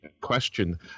question